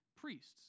priests